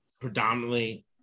Predominantly